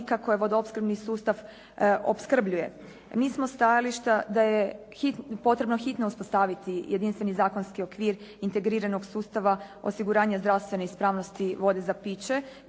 koje vodoopskrbni sustav opskrbljuje. Mi smo stajališta da je potrebno hitno uspostaviti jedinstveni zakonski okvir integriranog sustava osiguranja zdravstvene ispravnosti vode za piće